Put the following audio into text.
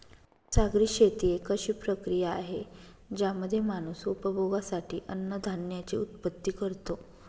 सागरी शेती एक अशी प्रक्रिया आहे ज्यामध्ये माणूस उपभोगासाठी अन्नधान्याची उत्पत्ति करतो